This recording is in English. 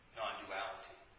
non-duality